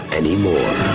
anymore